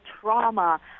trauma